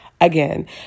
Again